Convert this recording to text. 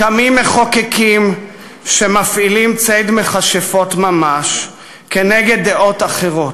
קמים מחוקקים שמפעילים ציד מכשפות ממש כנגד דעות אחרות.